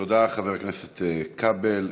תודה, חבר הכנסת כבל.